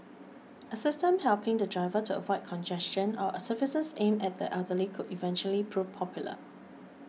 a system helping the driver to avoid congestion or services aimed at the elderly could eventually prove popular